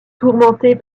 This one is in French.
tourmenté